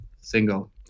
Single